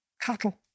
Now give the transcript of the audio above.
Cattle